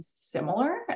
similar